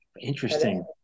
Interesting